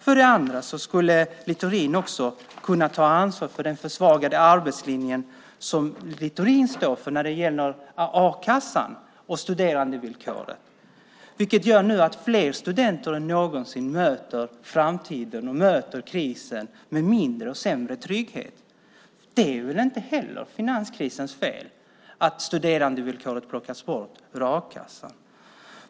För det andra skulle Littorin också kunna ta ansvar för den försvagade arbetslinjen som han står för när det gäller a-kassan och studerandevillkoret, vilket gör att fler studenter än någonsin nu möter framtiden och krisen med mindre och sämre trygghet. Det är väl inte heller finanskrisens fel att studerandevillkoret plockas bort ur a-kassan?